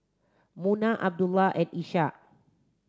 Munah Abdullah and Ishak